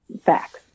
facts